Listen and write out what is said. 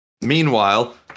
Meanwhile